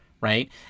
right